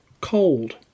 cold